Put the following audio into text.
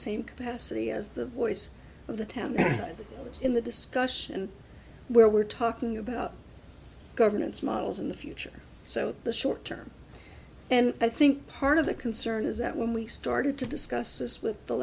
same capacity as the voice of the town outside in the discussion where we're talking about governance models in the future so the short term and i think part of the concern is that when we started to discuss this with the